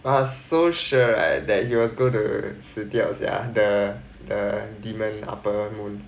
but I was so sure right that he was go to 吃掉 sia the the demon upper moon